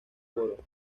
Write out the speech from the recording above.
foro